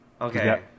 Okay